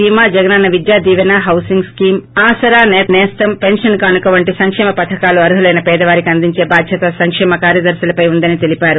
భీమా Jagananna Vidya Deevena housing scheme Amma Vodi Aasara సేతన్న నేస్తం pension కానుక వంటి సంకేమ పధకాలు అర్ఖులైన పేదవారికి అందించే బాధ్యత సంకేమ కార్యదర్పులపై ఉందని తెలిపారు